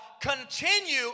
continue